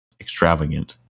extravagant